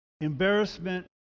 embarrassment